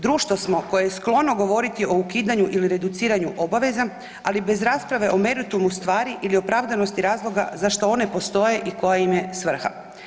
Društvo smo koje je sklono govoriti o ukidanju ili reduciranju obaveza, ali bez rasprave o meritumu stvari ili opravdanosti razloga za što one postoje i koja im je svrha.